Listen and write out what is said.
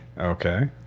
Okay